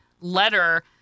letter